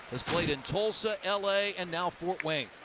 has played in tulsa, l a, and now fort wayne.